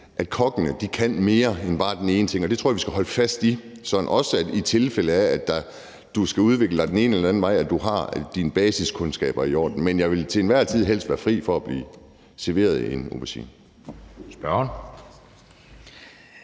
at kokkene kan mere end bare den ene ting, og det tror jeg vi skal holde fast i, også i tilfælde af, at du skal udvikle dig den ene eller den anden vej – at du har dine basiskundskaber i orden. Men jeg vil til enhver tid helst være fri for at få serveret en aubergine.